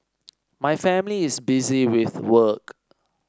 my family is busy with work